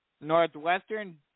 Northwestern